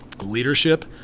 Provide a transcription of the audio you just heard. Leadership